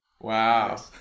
Wow